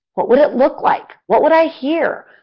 what would it look like? what would i hear?